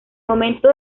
momento